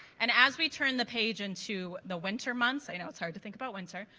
and as we turn the page into the winter months i know it's hard to think about winter.